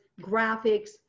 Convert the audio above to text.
graphics